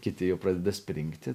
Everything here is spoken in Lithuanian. kiti jau pradeda springti